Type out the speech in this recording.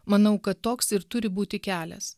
manau kad toks ir turi būti kelias